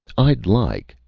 i'd like,